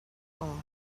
all